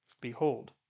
behold